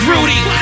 Rudy